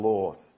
Lord